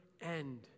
end